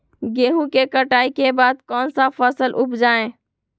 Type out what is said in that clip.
गेंहू के कटाई के बाद कौन सा फसल उप जाए?